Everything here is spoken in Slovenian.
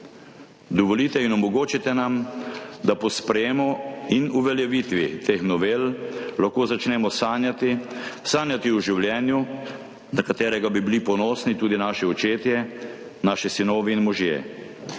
Dovolite in omogočite nam, da po sprejetju in uveljavitvi teh novel lahko začnemo sanjati, sanjati o življenju, na katero bi bili ponosni tudi naši očetje, naši sinovi in možje.